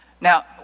Now